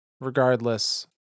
regardless